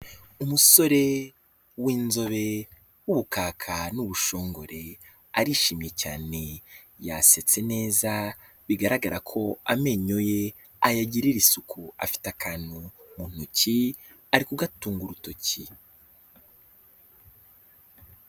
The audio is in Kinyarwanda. Umusore w'inzobe w'ubukaka n'ubushongore, arishimye cyane yasetse neza, bigaragara ko amenyo ye ayagirira isuku, afite akantu mu ntoki ariko kugatunga urutoki.